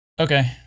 Okay